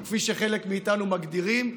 או כפי שחלק מאיתנו מגדירים: